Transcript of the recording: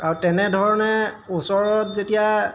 আৰু তেনেধৰণে ওচৰত যেতিয়া